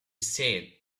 said